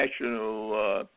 national